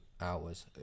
hours